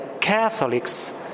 Catholics